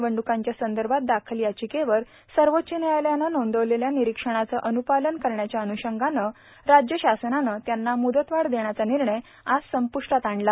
निवडणुकीच्या संदर्भात दाखल याचिकेवर सर्वोच्च न्यायालयानं नोंदवलेल्या निरीक्षणाचं अनुपालन करण्याच्या अनुशंगानं राज्य षासनानं त्यांचा मुदतवाढ देण्याचा निर्णय आज संपुश्टात आणला